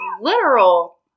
literal